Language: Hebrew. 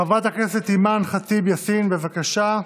חברת הכנסת אימאן ח'טיב יאסין, בבקשה,